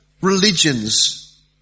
religions